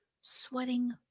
sweating